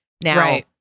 Now